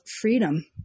freedom